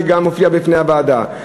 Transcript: שגם הופיע בפני הוועדה.